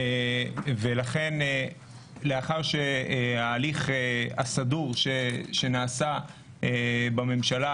ולכן לאחר שההליך הסדור שנעשה בממשלה,